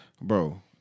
bro